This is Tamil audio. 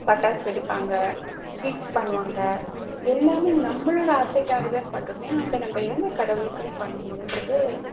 பட்டாசு வெடிப்பாங்க ஸ்வீட்ஸ் பண்ணுவாங்க எல்லாமே நம்மளோட ஆசைக்காக தான் பண்ணுறோமே அவங்க நம்ம என்ன கடவுளுக்குன்னு பண்ணுனோன்றது